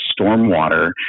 Stormwater